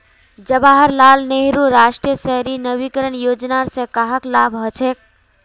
जवाहर लाल नेहरूर राष्ट्रीय शहरी नवीकरण योजनार स कहाक लाभ हछेक